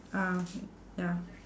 ah ya